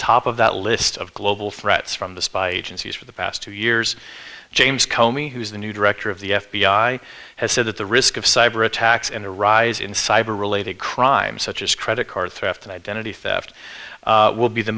top of that list of global threats from the spy agencies for the past two years james komi who's the new director of the f b i has said that the risk of cyber attacks in iraq is in cyber related crimes such as credit card theft and identity theft will be the